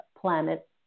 planet